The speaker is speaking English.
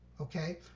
Okay